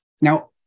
Now